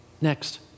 Next